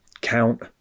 count